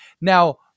Now